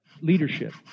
leadership